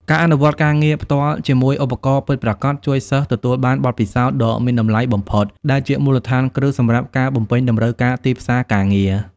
ការអនុវត្តការងារផ្ទាល់ជាមួយឧបករណ៍ពិតប្រាកដជួយសិស្សទទួលបានបទពិសោធន៍ដ៏មានតម្លៃបំផុត ដែលជាមូលដ្ឋានគ្រឹះសម្រាប់ការបំពេញតម្រូវការទីផ្សារការងារ។